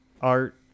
Art